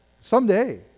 Someday